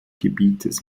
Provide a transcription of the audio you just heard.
gebietes